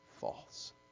false